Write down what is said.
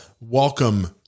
welcome